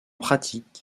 pratique